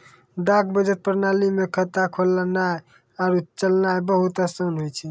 डाक बचत प्रणाली मे खाता खोलनाय आरु चलैनाय बहुते असान होय छै